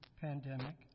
pandemic